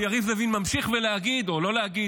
ויריב לוין ממשיך להגיד או לא להגיד,